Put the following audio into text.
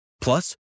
Plus